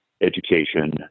education